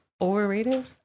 overrated